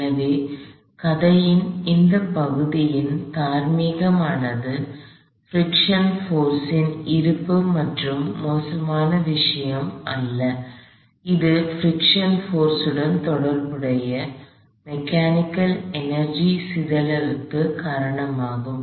எனவே கதையின் அந்த பகுதியின் தார்மீகமானது பிரிக்ஷன் போர்ஸ் ன் இருப்பு மட்டும் ஒரு மோசமான விஷயம் அல்ல இது பிரிக்ஷன் போர்ஸ் டன் தொடர்புடைய மெக்கானிக்கல் எனர்ஜி சிதறலுக்கு காரணமாகும்